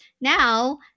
now